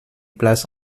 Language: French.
place